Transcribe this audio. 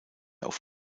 auf